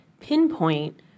pinpoint